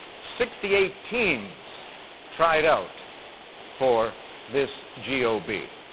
sixty eight teams tried out for this geo bee.